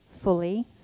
fully